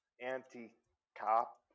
anti-cop